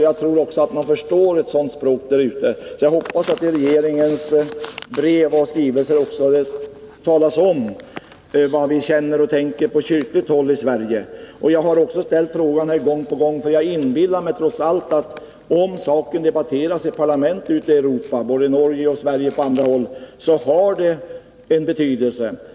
Jag tror också att man förstår ett sådant språk där ute. Jag hoppas att det i regeringens brev och skrivelser också talas om, vad vi känner och tänker på kyrkligt håll i Sverige. Jag har ställt frågan gång på gång, för jag inbillar mig trots allt att om saken debatteras i parlament i Europa —-i Norge, i Sverige och på andra håll — så har det sin betydelse.